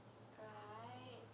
right